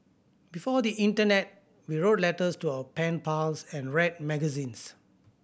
before the internet we wrote letters to our pen pals and read magazines